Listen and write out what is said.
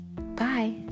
Bye